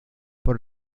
por